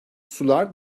sular